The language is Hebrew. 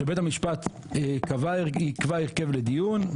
שבית המשפט ייקבע הרכב לדיון,